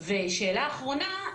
ושאלה אחרונה,